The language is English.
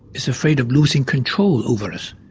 is afraid of losing control over us.